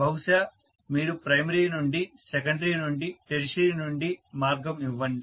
బహుశా మీరు ప్రైమరీ నుండి సెకండరీ నుండి టెర్షియరీ నుండి మార్గం ఇవ్వండి